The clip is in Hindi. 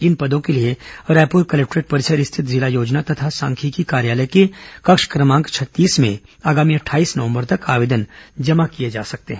इन पदों के लिए रायपुर कलेक्टोरेट परिसर स्थित जिला योजना और सांख्यिकी कार्यालय के कक्ष क्रमांक छत्तीस में आगामी अट्ठाईस नवम्बर तक आवेदन जमा किए जा सकते हैं